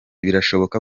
birashoboka